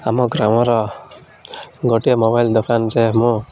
ଆମ ଗ୍ରାମର ଗୋଟିଏ ମୋବାଇଲ୍ ଦୋକାନରେ ମୁଁ